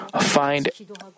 find